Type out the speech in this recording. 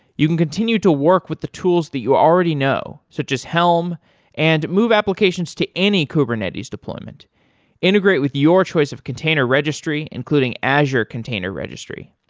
you can continue to work with the tools that you already know, so just helm and move applications to any kubernetes deployment integrate with your choice of container registry, including azure container registry.